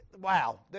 wow